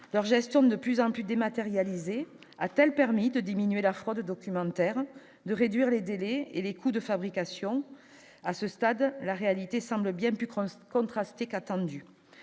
leur gestion de plus en plus dématérialisés, a-t-elle permis de diminuer la fraude documentaire de réduire les délais et les coûts de fabrication à ce stade, la réalité semble bien plus grande contrastée qu'attendu,